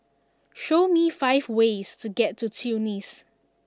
show me five ways to get to Tunis